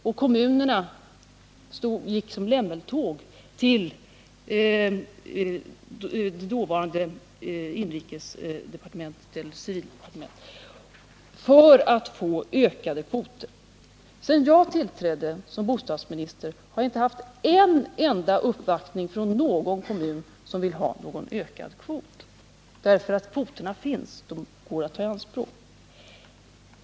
Från kommunerna gick man i lämmeltåg till det dåvarande civildepartementet för att få ökade kvoter. Sedan jag tillträdde som bostadsminister har jag inte haft en enda uppvaktning från någon kommun som vill ha ökade kvoter. Kvoterna finns nämligen, och de går att ta i anspråk.